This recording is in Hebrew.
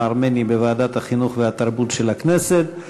הארמני בוועדת החינוך והתרבות של הכנסת,